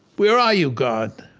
where are you, god?